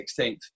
16th